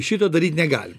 šito daryt negalim